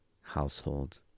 household